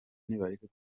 nibareke